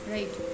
Right